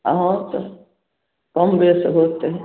हँ तऽ कम बेस होतै